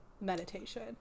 meditation